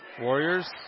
Warriors